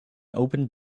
open